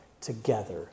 together